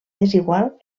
desigual